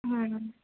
ಹ್ಞೂ